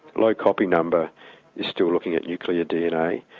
low copy number is still looking at nuclear dna,